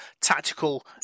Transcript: tactical